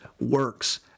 works